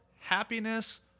happiness